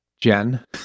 Jen